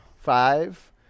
Five